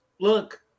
look